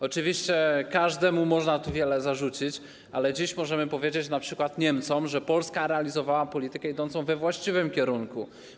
Oczywiście każdemu można tu wiele zarzucić, ale dziś możemy powiedzieć np. Niemcom, że Polska realizowała politykę idącą we właściwym kierunku.